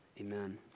Amen